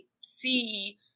see